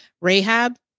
Rahab